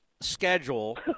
schedule